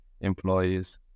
employees